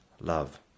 love